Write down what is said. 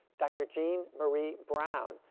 dr. jean marie brown,